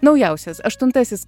naujausias aštuntasis